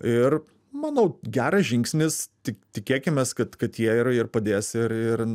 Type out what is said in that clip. ir manau geras žingsnis tik tikėkimės kad kad jie yra ir padės ir ir